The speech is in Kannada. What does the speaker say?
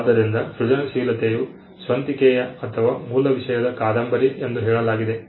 ಆದ್ದರಿಂದ ಸೃಜನಶೀಲತೆಯು ಸ್ವಂತಿಕೆಯ ಅಥವಾ ಮೂಲ ವಿಷಯದ ಕಾದಂಬರಿ ಎಂದು ಹೇಳಲಾಗಿದೆ